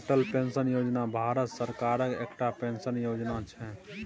Atal pension Yojana Bharat सरकारक एकटा pension योजना छै